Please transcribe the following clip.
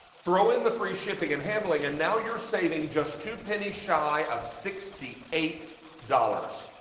throw in the free shipping and handling and now you're saving just two pennies shy of sixty eight dollars.